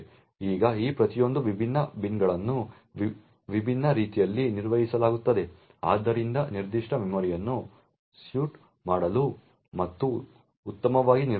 ಈಗ ಈ ಪ್ರತಿಯೊಂದು ವಿಭಿನ್ನ ಬಿನ್ಗಳನ್ನು ವಿಭಿನ್ನ ರೀತಿಯಲ್ಲಿ ನಿರ್ವಹಿಸಲಾಗುತ್ತದೆ ಆದ್ದರಿಂದ ನಿರ್ದಿಷ್ಟ ಮೆಮೊರಿಯನ್ನು ಸೂಟ್ ಮಾಡಲು ಮತ್ತು ಉತ್ತಮವಾಗಿ ನಿರ್ವಹಿಸಲು